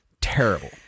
terrible